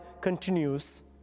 continues